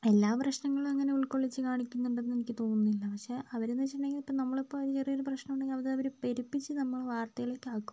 എല്ലാ പ്രശ്നങ്ങളും അങ്ങനെ ഉള്കൊള്ളിച്ച് കാണിക്കുന്നുണ്ടെന്ന് എനിക്ക് തോന്നുന്നില്ല പക്ഷേ അവരെന്ന് വെച്ചിട്ടുണ്ടെങ്കിൽ ഇപ്പം നമ്മളിപ്പോൾ ചെറിയൊരു പ്രശ്നം ഉണ്ടെങ്കിൽ അത് അവർ പെരുപ്പിച്ച് നമ്മുടെ വാര്ത്തയിലേക്കാക്കും